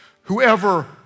Whoever